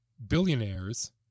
billionaires